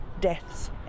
deaths